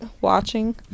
Watching